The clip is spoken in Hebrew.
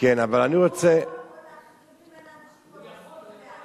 כן, אבל אני רוצה, הוא יכול, הוא יכול.